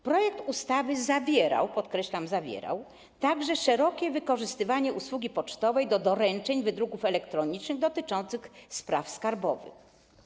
Projekt ustawy zawierał - podkreślam: zawierał - także kwestię szerokiego wykorzystywania usługi pocztowej do doręczeń wydruków elektronicznych dotyczących spraw skarbowych.